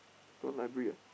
don't library ah